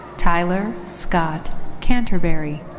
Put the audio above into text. tyler scott canterberry.